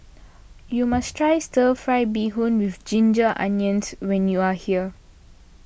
you must try Stir Fry Beef with Ginger Onions when you are here